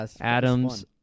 Adams